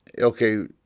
okay